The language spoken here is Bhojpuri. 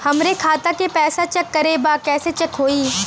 हमरे खाता के पैसा चेक करें बा कैसे चेक होई?